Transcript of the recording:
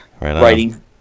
writing